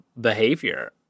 behavior